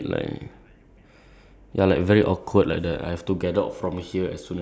probably like every time when I fall or something like in front like at the public or something